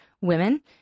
women